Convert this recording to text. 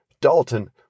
Dalton